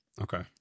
Okay